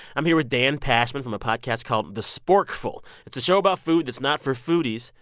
i'm here with dan pashman from a podcast called the sporkful. it's a show about food that's not for foodies.